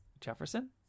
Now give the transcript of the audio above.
jefferson